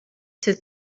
count